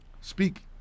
speak